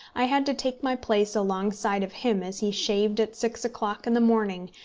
i had to take my place alongside of him as he shaved at six o'clock in the morning,